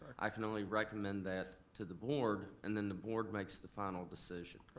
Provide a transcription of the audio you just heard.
i can only recommend that to the board and then the board makes the final decision.